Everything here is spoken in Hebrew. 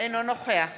אינו נוכח